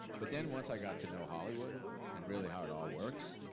but then once i got to know hollywood and really how it all works,